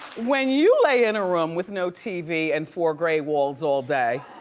when you lay in a room with no tv and four gray walls all day,